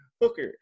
hooker